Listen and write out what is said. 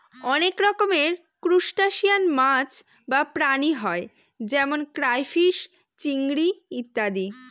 অনেক রকমের ত্রুসটাসিয়ান মাছ বা প্রাণী হয় যেমন ক্রাইফিষ, চিংড়ি ইত্যাদি